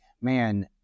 man